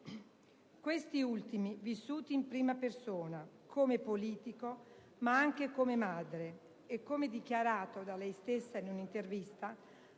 Questi ultimi vissuti in prima persona, come politico ma anche come madre e, come dichiarato da lei stessa in un'intervista,